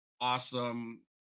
awesome